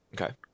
Okay